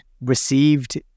received